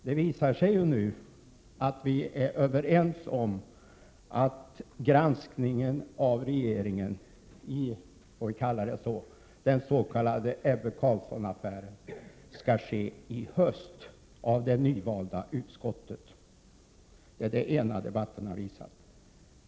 Det visar sig ju nu att vi är överens om att granskningen av regeringen i — får vi kalla det så — Ebbe Carlsson-affären skall ske i höst av det nyvalda utskottet. Det är det ena som debatten har visat.